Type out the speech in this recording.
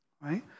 right